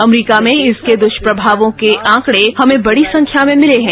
अमरीका में इसके दुष्प्रभावों के आंकड़े हमे बड़ी संख्या में मिले हैं